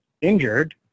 injured